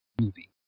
movie